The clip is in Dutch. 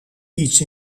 iets